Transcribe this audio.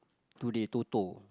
today Toto